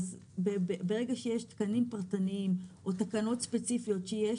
ברגע שיש תקנים פרטניים או תקנות ספציפיות שיש